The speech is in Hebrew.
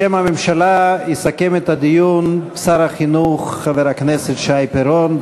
בשם הממשלה יסכם את הדיון שר החינוך חבר הכנסת שי פירון.